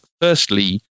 firstly